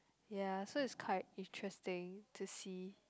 ya so it's quite interesting to see